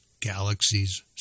galaxies